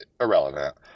irrelevant